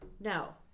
no